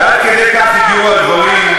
ועד כדי כך הגיעו הדברים,